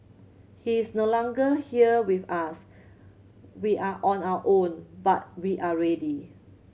he is no longer here with us we are on our own but we are ready